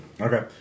Okay